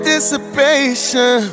Anticipation